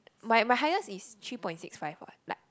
my my highest is three point six five what like